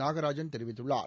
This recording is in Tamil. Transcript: நாகராஜன் தெரிவித்துள்ளார்